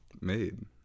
made